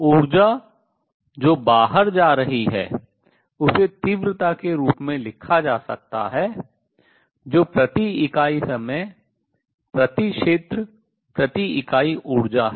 ऊर्जा जो बाहर जा रही है उसे तीव्रता के रूप में लिखा जा सकता है जो प्रति इकाई समय प्रति क्षेत्र प्रति इकाई ऊर्जा है